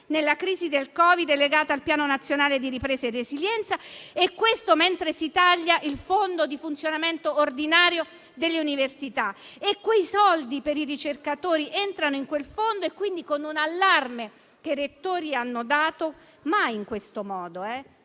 nella crisi del Covid e legata al Piano nazionale di ripresa e resilienza - mentre si taglia il fondo di funzionamento ordinario delle università statali e quei soldi per i ricercatori entrano in quel fondo? C'è un allarme che i rettori hanno dato, e mai in questo modo: